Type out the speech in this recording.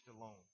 alone